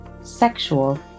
sexual